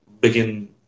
begin